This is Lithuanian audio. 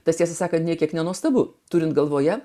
tas tiesą sakant nė kiek nenuostabu turint galvoje